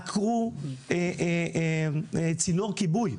עקרו צינור כיבוי.